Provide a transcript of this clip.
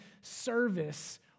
service